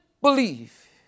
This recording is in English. believe